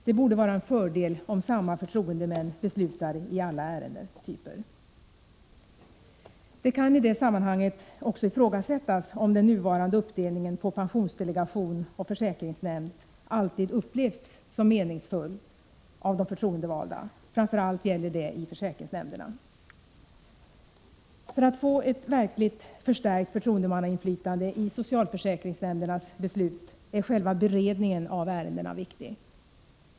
Det borde vara en fördel om samma förtroendemän beslutar i alla ärendetyper. Det kan i det sammanhanget också ifrågasättas om den nuvarande uppdelningen på pensionsdelegation och försäkringsnämnd alltid upplevts som meningsfull av de förtroendevalda — framför allt gäller det försäkringsnämnderna. För att man skall få ett verkligt förstärkt förtroendemannainflytande i socialförsäkringsnämndernas beslut är själva beredningen av ärendena viktig.